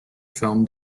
film